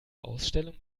ausstellung